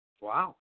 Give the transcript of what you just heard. Wow